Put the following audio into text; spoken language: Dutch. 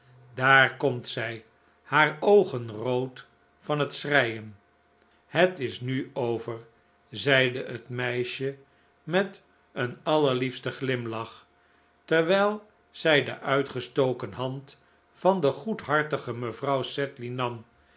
daar komtzij haar oogen rood van het schreien het is nu over zeide het meisje met een allerliefsten glimlach terwijl zij de uitgestoken hand van de goedhartige mevrouw sedley nam